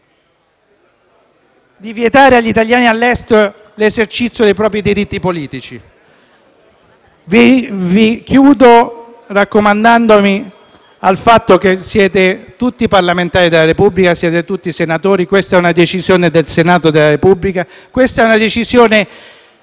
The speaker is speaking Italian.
di vietare agli italiani all'estero l'esercizio dei propri diritti politici. Concludo raccomandandomi al fatto che siete tutti parlamentari della Repubblica, siete tutti senatori: questa è una decisione del Senato della Repubblica che produrrà